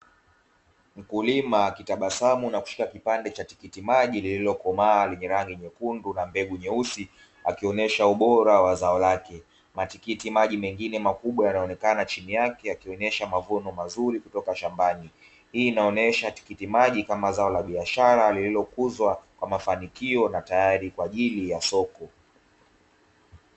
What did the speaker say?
Mkulima akitabasamu na kushika kipande cha tikiti maji lililokomaa lenye rangi nyekundu na mbegu nyeusi akionyesha ubora wa zao lake, matikiti maji mengine makubwa yanaonekana chini yake akionyesha mavuno mazuri kutoka shambani, hii inaonyesha tikiti maji kama zao la biashara lililokuzwa kwa mafanikio na tayari kwa ajili ya soko.